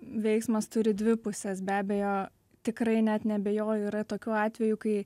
veiksmas turi dvi puses be abejo tikrai net neabejoju yra tokių atvejų kai